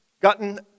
gotten